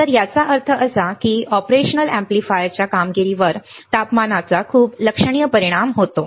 तर याचा अर्थ असा की ऑपरेशनल अॅम्प्लीफायरच्या कामगिरीवर तपमानाचा खूप लक्षणीय परिणाम होतो